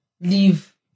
leave